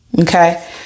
Okay